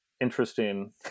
interesting